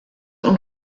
und